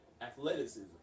athleticism